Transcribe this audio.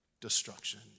destruction